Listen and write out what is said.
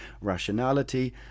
rationality